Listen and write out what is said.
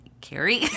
Carrie